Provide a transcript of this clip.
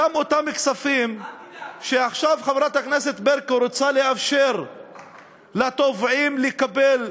גם אותם כספים שעכשיו חברת הכנסת ברקו רוצה לאפשר לתובעים לקבל,